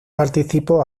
participó